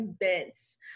events